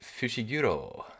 fushiguro